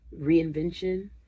reinvention